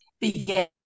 began